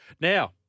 Now